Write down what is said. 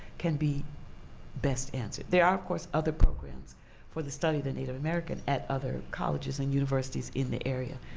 can be best answered. there are, of course, other programs for the study the native american at other colleges and universities in the area.